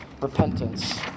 repentance